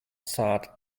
sad